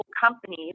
companies